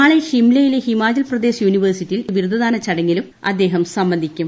നാളെ ഷിംലയിലെ ഹിമാചൽപ്രദേശ് യൂനിവഴ്സിറ്റിയിൽ ബിരുദദാന ചടങ്ങിലുമ്പ അദ്ദേഹം സംബന്ധിക്കും